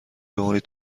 بمانید